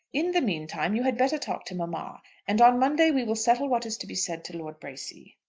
in the mean time you had better talk to mamma and on monday we will settle what is to be said to lord bracy.